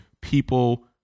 people